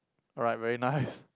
alright very nice